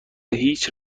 هیچ